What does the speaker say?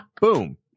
Boom